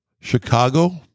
Chicago